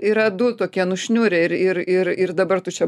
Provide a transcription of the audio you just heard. yra du tokie nušiurę ir ir ir ir dabar tu čia